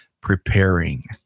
preparing